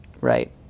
right